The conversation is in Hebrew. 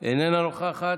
איננה נוכחת,